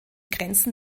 grenzen